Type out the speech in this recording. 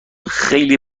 خیلی